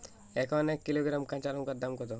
এখন এক কিলোগ্রাম কাঁচা লঙ্কার দাম কত?